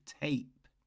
tape